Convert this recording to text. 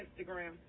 Instagram